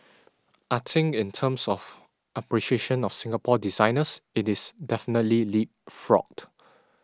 I think in terms of appreciation of Singapore designers it is definitely leapfrogged